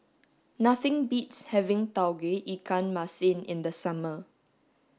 nothing beats having Tauge Ikan Masin in the summer